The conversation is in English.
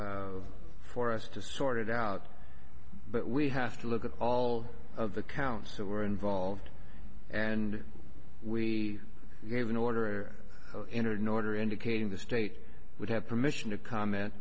difficult for us to sort it out but we have to look at all of the counsel were involved and we gave an order entered an order indicating the state would have permission to comment